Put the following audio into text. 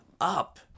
up